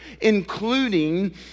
including